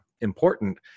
important